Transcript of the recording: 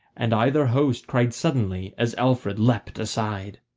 and either host cried suddenly, as alfred leapt aside.